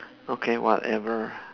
okay whatever